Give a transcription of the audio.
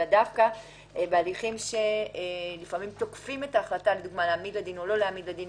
דווקא בהליכים שתוקפים את ההחלטה להעמיד לדין או לא להעמיד לדין.